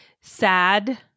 sad